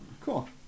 cool